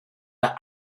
der